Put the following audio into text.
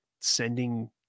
sending